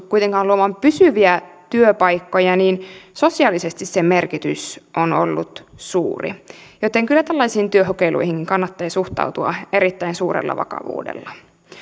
kuitenkaan luomaan pysyviä työpaikkoja niin sosiaalisesti sen merkitys on ollut suuri joten kyllä tällaisiin työkokeiluihin kannattaa suhtautua erittäin suurella vakavuudella